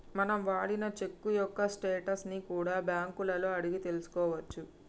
మనం వాడిన చెక్కు యొక్క స్టేటస్ ని కూడా బ్యేంకులలో అడిగి తెల్సుకోవచ్చు